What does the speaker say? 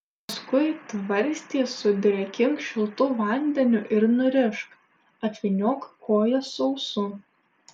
paskui tvarstį sudrėkink šiltu vandeniu ir nurišk apvyniok koją sausu